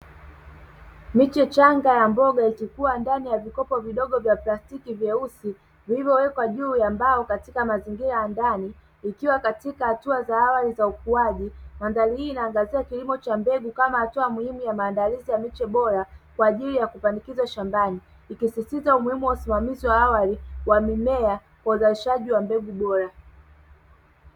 Miche michanga ya mboga ikikua ndani ya vikopo vidogo vya plastiki vyeusi vilivyowekwa juu ya mbao katika mazingira ya ndani ikiwa katika hatua za awali za ukuaji. Mandhari hii inaangazia kilimo cha mbegu kama hatua muhimu ya maandalizi ya miche bora kwa ajili ya kupandikizwa shambani. ikisisitiza umuhimu wa usimamizi wa awali wa mimea kwa uzalishaji wa mbegu bora.